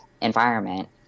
environment